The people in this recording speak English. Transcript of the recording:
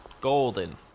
golden